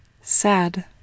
sad